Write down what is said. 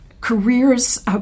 careers